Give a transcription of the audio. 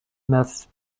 meth